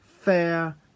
fair